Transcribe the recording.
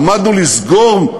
עמדנו לסגור,